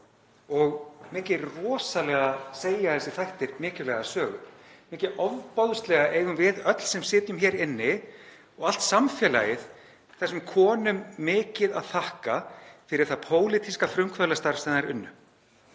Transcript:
Mikið rosalega segja þessir þættir mikilvæga sögu. Mikið ofboðslega eigum við öll sem sitjum hér inni og allt samfélagið þessum konum mikið að þakka fyrir það pólitíska frumkvöðlastarf sem þær unnu.